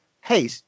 Hey